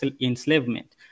enslavement